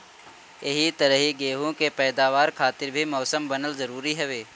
एही तरही गेंहू के पैदावार खातिर भी मौसम बनल जरुरी हवे